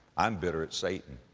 i'm bitter at satan.